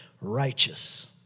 righteous